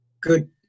Good